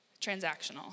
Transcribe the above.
transactional